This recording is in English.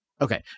Okay